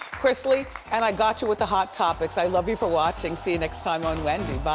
chris lee, and i got you with the hot topics. i love you for watching. see you next time on wendy,